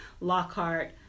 Lockhart